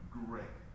great